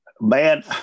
Man